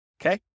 okay